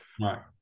Right